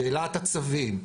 שאלת הצווים,